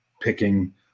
picking –